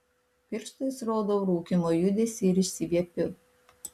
pirštais rodau rūkymo judesį ir išsiviepiu